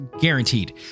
guaranteed